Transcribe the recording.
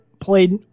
played